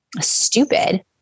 stupid